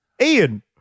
Ian